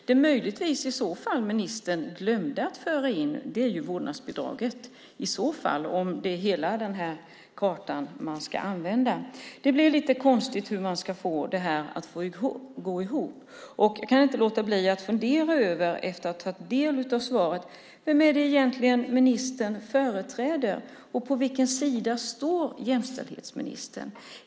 Det som jämställdhetsministern möjligtvis i så fall glömde att föra in var vårdnadsbidraget, om det nu är hela denna karta som man ska använda. Det är lite svårt att förstå hur man ska få detta att gå ihop. Efter att ha tagit del av svaret kan jag inte låta bli att fundera över vem det är som ministern egentligen företräder. På vilken sida står jämställdhetsministern?